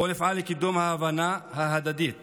בואו נפעל לקידום ההבנה ההדדית